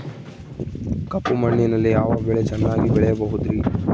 ಕಪ್ಪು ಮಣ್ಣಿನಲ್ಲಿ ಯಾವ ಬೆಳೆ ಚೆನ್ನಾಗಿ ಬೆಳೆಯಬಹುದ್ರಿ?